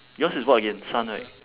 yours is what again sun right